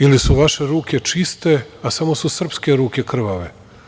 Ili su vaše ruke čiste, a samo su Srpske ruke krvave?